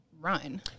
run